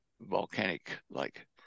volcanic-like